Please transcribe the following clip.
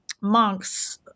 monks